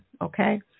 okay